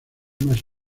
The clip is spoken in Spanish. más